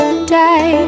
day